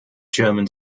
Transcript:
german